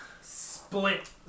split